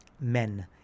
men